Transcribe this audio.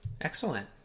Excellent